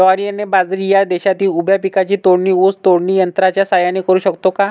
ज्वारी आणि बाजरी या शेतातील उभ्या पिकांची तोडणी ऊस तोडणी यंत्राच्या सहाय्याने करु शकतो का?